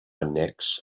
annex